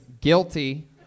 guilty